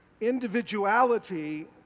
individuality